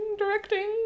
Directing